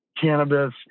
cannabis